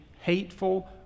hateful